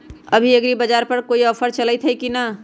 अभी एग्रीबाजार पर कोई ऑफर चलतई हई की न?